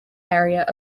area